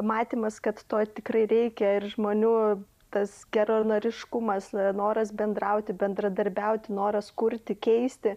matymas kad to tikrai reikia ir žmonių tas geranoriškumas noras bendrauti bendradarbiauti noras kurti keisti